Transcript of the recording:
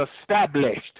established